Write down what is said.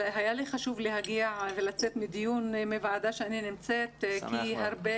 היה לי חשוב להגיע ולצאת מדיון מוועדה שאני נמצאת כי יש הרבה